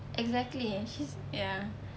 exactly she's ya